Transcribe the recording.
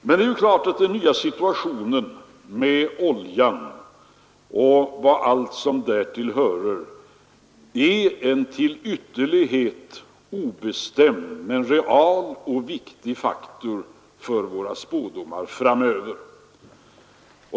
Men det är klart att den nya situationen när det gäller oljan och allt vad som därtill hörer är en till ytterlighet obestämd men reell och viktig faktor för våra spådomar framöver.